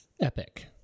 epic